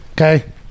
okay